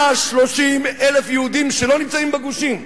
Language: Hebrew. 130,000 יהודים שלא נמצאים בגושים,